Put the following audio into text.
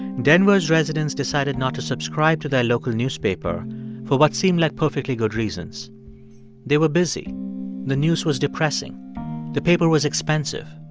denver's residents decided not to subscribe to their local newspaper for what seemed like perfectly good reasons they were busy the news was depressing the paper was expensive.